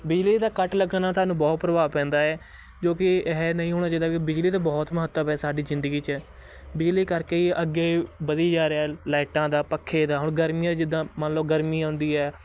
ਬਿਜਲੀ ਦਾ ਕੱਟ ਲੱਗਣ ਨਾਲ ਸਾਨੂੰ ਬਹੁਤ ਪ੍ਰਭਾਵ ਪੈਂਦਾ ਹੈ ਜੋ ਕਿ ਹੈ ਐਂ ਨਹੀਂ ਹੋਣਾ ਚਾਹੀਦਾ ਬਿਜਲੀ ਦਾ ਬਹੁਤ ਮਹੱਤਵ ਹੈ ਸਾਡੀ ਜ਼ਿੰਦਗੀ 'ਚ ਬਿਜਲੀ ਕਰਕੇ ਹੀ ਅੱਗੇ ਵਧੀ ਜਾ ਰਿਹਾ ਲਾਈਟਾਂ ਦਾ ਪੱਖੇ ਦਾ ਹੁਣ ਗਰਮੀਆਂ ਜਿੱਦਾਂ ਮੰਨ ਲਓ ਗਰਮੀ ਆਉਂਦੀ ਹੈ